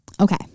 Okay